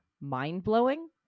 mind-blowing